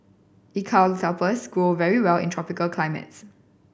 eucalyptus grow very well in tropical climates